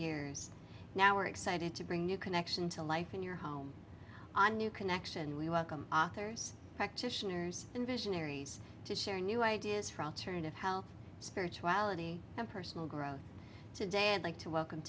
years now we're excited to bring new connection to life in your home on new connection we welcome authors practitioners and visionaries to share new ideas for alternative health spirituality and personal growth today i'd like to welcome